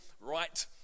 right